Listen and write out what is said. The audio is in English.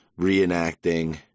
reenacting